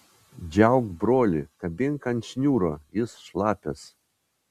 džiauk brolį kabink ant šniūro jis šlapias